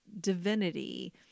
divinity